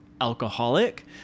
alcoholic